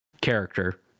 character